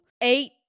eight